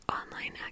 online